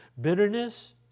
Bitterness